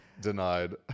denied